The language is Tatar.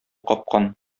капкан